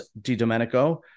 DiDomenico